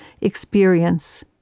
experience